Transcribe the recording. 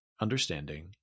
understanding